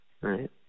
Right